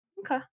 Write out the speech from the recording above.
Okay